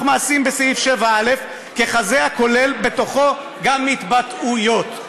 'מעשים' בסעיף 7א ככזה הכולל בתוכו גם התבטאויות".